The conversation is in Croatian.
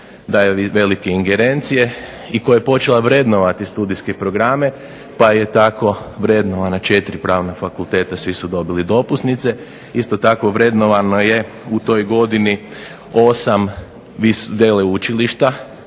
daje velike ingerencije i koja je počela vrednovati studijske programe pa je tako vrednovana četiri pravna fakulteta, svi su dobili dopusnice. Isto tako, vrednovano je u toj godini osam veleučilišta.